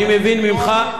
אני מבין ממך,